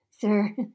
sir